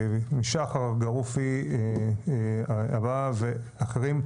משחר גרופי הבא ואחרים,